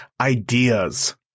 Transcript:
ideas